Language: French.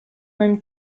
même